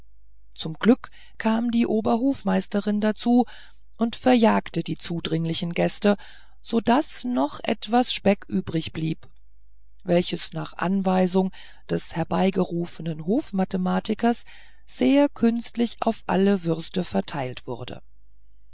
zum glück kam die oberhofmeisterin dazu und verjagte die zudringlichen gäste so daß noch etwas speck übrigblieb welcher nach anweisung des herbeigerufenen hofmathematikers sehr künstlich auf alle würste verteilt wurde